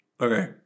Okay